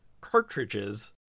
cartridges